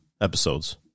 episodes